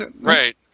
right